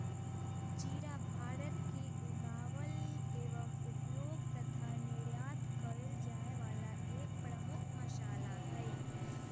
जीरा भारत में उगावल एवं उपयोग तथा निर्यात कइल जाये वाला एक प्रमुख मसाला हई